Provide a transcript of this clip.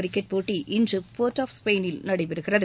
cricket போட்டி இன்று port of ஸ்பெயினில் நடைபெறுகிறது